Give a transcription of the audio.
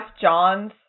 Johns